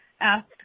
asked